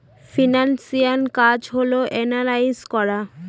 financial কাজ হল analyse করা